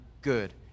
good